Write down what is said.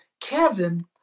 Kevin